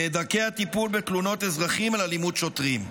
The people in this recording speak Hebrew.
ואת דרכי הטיפול בתלונות אזרחים על אלימות שוטרים.